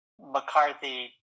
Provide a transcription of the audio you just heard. McCarthy –